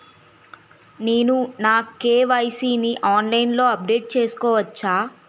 నేను నా కే.వై.సీ ని ఆన్లైన్ లో అప్డేట్ చేసుకోవచ్చా?